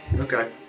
Okay